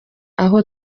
aho